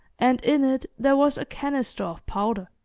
and in it there was canister of powder.